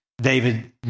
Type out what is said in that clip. David